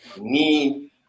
need